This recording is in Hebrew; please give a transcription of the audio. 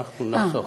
אנחנו יכולים לחסוך.